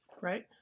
Right